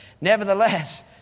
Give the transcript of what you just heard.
nevertheless